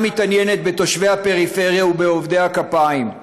מתעניינת בתושבי הפריפריה ובעובדי הכפיים.